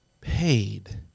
paid